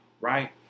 right